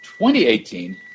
2018